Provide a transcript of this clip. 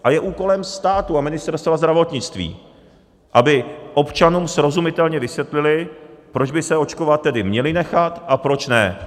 A je úkolem státu a Ministerstva zdravotnictví, aby občanům srozumitelně vysvětlili, proč by se očkovat tedy měli nechat a proč ne.